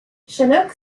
chinook